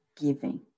giving